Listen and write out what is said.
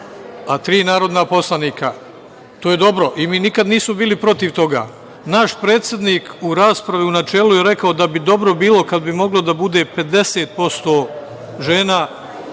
a tri narodna poslanika. To je dobro i mi nikad nismo bili protiv toga. Naš predsednik u raspravi u načelu je rekao da bi dobro bilo kada bi moglo da bude 50% žena